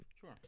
Sure